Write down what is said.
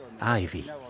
Ivy